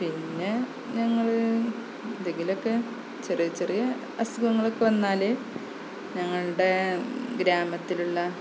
പിന്നെ ഞങ്ങള് എന്തങ്കിലുമൊക്കെ ചെറിയ ചെറിയ അസുഖങ്ങളൊക്കെ വന്നാല് ഞങ്ങളുടെ ഗ്രാമത്തിലുള്ള